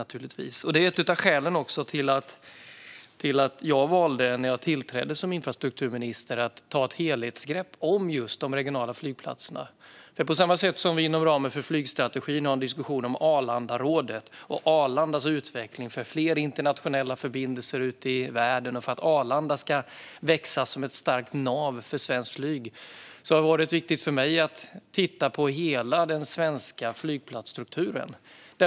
Det var ett av skälen till att jag, när jag tillträdde som infrastrukturminister, valde att ta ett helhetsgrepp om just de regionala flygplatserna. På samma sätt som vi inom ramen för flygstrategin har en diskussion om Arlandarådet och Arlandas utveckling för fler internationella förbindelser ut i världen och för att Arlanda ska växa som ett starkt nav för svenskt flyg har det varit viktigt för mig att titta på hela den svenska flygplatsstrukturen.